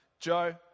Joe